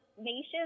nations